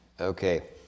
Okay